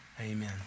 amen